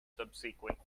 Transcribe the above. subsequent